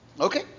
Okay